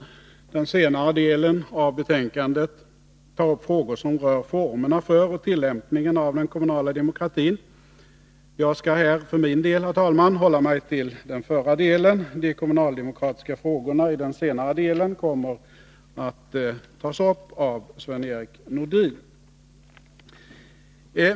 Den senare delen av betänkandet tar upp frågor som rör formerna för och tillämpningen av den kommunala demokratin. Jag skall här för min del, herr talman, hålla mig till den förra delen. De kommunaldemokratiska frågorna i den senare delen kommer att tas upp av Sven-Erik Nordin.